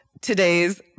today's